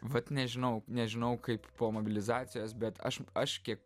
vat nežinau nežinau kaip po mobilizacijos bet aš aš kiek